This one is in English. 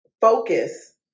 focus